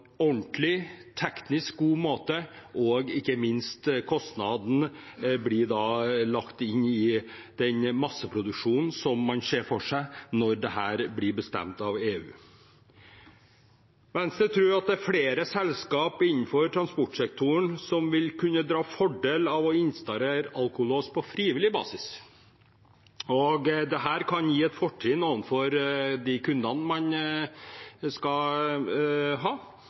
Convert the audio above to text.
ordentlig, teknisk god måte og, ikke minst, kostnadene blir lagt inn i den masseproduksjonen man ser for seg når dette blir bestemt av EU. Venstre tror at det er flere selskap innenfor transportsektoren som vil kunne dra fordel av å installere alkolås på frivillig basis. Dette kan gi et fortrinn overfor kundene man